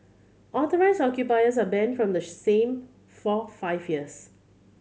authorised occupiers are banned from the same for five years